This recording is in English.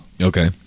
okay